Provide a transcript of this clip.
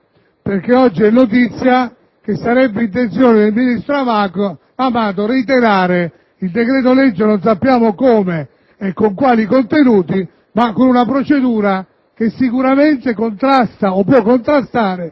sicurezza. Ho notizia che sarebbe intenzione del ministro Amato reiterare il decreto-legge, non sappiamo come e con quali contenuti, ma con una procedura che sicuramente contrasta o può contrastare